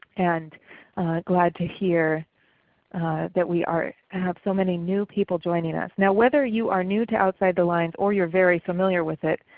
and glad to hear that we ah have so many new people joining us. now whether you are new to outside the lines or you are very familiar with it,